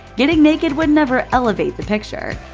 getting naked would never elevate the picture.